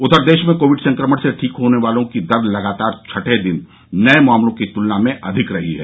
उधर देश में कोविड संक्रमण से ठीक होने वालों की दर लगातार छठें दिन नए मामलों की तुलना में अधिक रही है